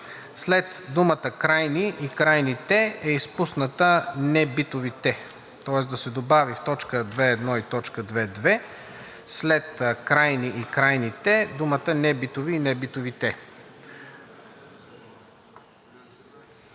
след думите „крайни" и „крайните“ е изпусната „небитовите“. Тоест да се добави в т. 2.1 и т. 2.2 след „крайни" и „крайните“ думата „небитови" и „небитовите“.